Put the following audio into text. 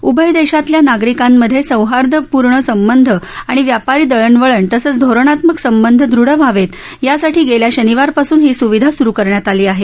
उभय देशातल्या नागरिकांमधे सौहार्दमुळे संबंध आणि व्यापारी दळणवळण तसंच धोरणात्मक संबंध दृढ व्हावेत यासाठी गेल्या शनिवारपासून ही स्विधा स्रु करण्यात आली आहे